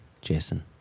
Jason